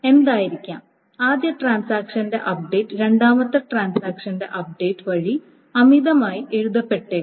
എന്തായിരിക്കാം ആദ്യ ട്രാൻസാക്ഷന്റെ അപ്ഡേറ്റ് രണ്ടാമത്തെ ട്രാൻസാക്ഷന്റെ അപ്ഡേറ്റ് വഴി അമിതമായി എഴുതപ്പെട്ടേക്കാം